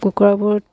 কুকুৰাবোৰ